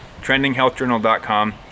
trendinghealthjournal.com